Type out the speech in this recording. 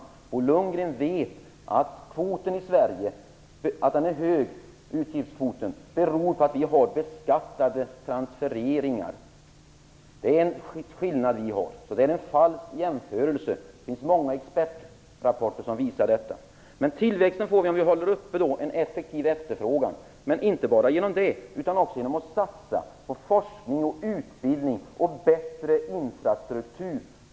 Bo Lundgren vet att det faktum att utgiftskvoten är hög i Sverige beror på att vi har beskattade transfereringar. Det är en skillnad vi har. Detta är en falsk jämförelse. Det finns många expertrapporter som visar detta. Men tillväxt får vi om vi håller uppe en effektiv efterfrågan. Och inte bara genom det, utan också genom att satsa på forskning, utbildning och bättre infrastruktur.